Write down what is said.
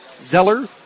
Zeller